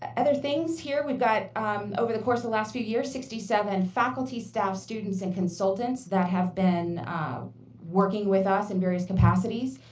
other things here, we've got over the course of the last few years, sixty seven faculty, staff, students, and consultants that have been working with us in various capacities.